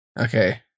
Okay